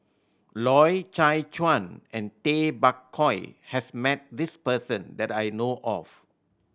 Loy Chye Chuan and Tay Bak Koi has met this person that I know of